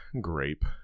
grape